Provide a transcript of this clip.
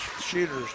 Shooter's